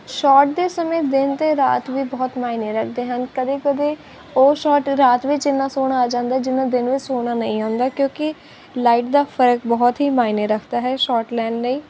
short ਦੇ ਸਮੇਂ ਦਿਨ ਅਤੇ ਰਾਤ ਵੀ ਬਹੁਤ ਮਾਇਨੇ ਰਖਦੇ ਹਨ ਕਦੀ ਕਦੀ ਉਹ ਸ਼ੋਟ ਰਾਤ ਵਿੱਚ ਇੰਨਾ ਸੋਹਣਾ ਆ ਜਾਂਦਾ ਜਿਨਾਂ ਦਿਨ ਵੀ ਸੋਹਣਾ ਨਹੀਂ ਆਉਂਦਾ ਕਿਉਂਕਿ ਲਾਈਟ ਦਾ ਫ਼ਰਕ ਬਹੁਤ ਹੀ ਮਾਇਨੇ ਰੱਖਦਾ ਹੈ ਸ਼ੋਟ ਲੈਣ ਲਈ